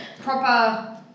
proper